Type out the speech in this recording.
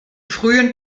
frühen